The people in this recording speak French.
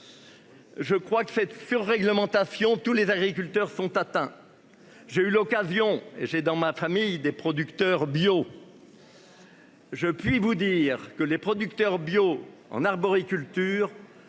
Je crois que fait fureur réglementation tous les agriculteurs sont atteints. J'ai eu l'occasion, j'ai dans ma famille des producteurs bio. Je puis vous dire que les producteurs bio en arboriculture